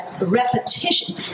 repetition